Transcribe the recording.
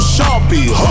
Sharpie